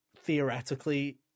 theoretically